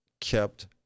kept